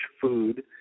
food